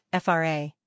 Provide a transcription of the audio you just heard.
FRA